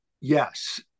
Yes